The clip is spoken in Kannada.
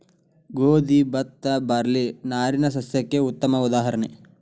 ಗೋದಿ ಬತ್ತಾ ಬಾರ್ಲಿ ನಾರಿನ ಸಸ್ಯಕ್ಕೆ ಉತ್ತಮ ಉದಾಹರಣೆ